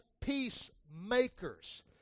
peacemakers